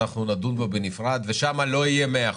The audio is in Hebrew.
אנחנו נדון בו בנפרד, ושם לא יהיה 100%,